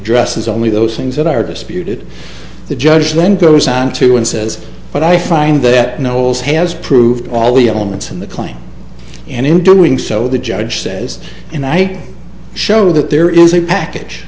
dresses only those things that are disputed the judge then goes on to and says but i find that noles has proved all the elements in the claim and in doing so the judge says and i show that there is a package